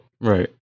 Right